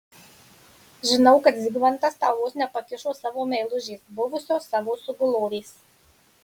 žinau kad zigmantas tau vos nepakišo savo meilužės buvusios savo sugulovės